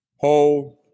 hold